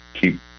Keep